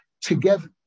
together